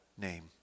name